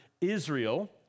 Israel